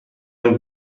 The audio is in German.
ein